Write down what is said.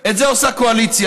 את זה עושה קואליציה,